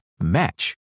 match